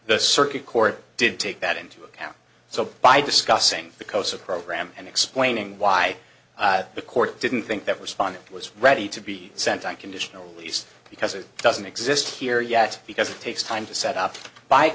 the circuit court did take that into account so by discussing the cosa program and explaining why the court didn't think that was fun it was ready to be sent on conditional release because it doesn't exist here yet because it takes time to set up by